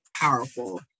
powerful